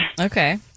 okay